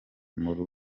muri